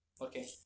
Okay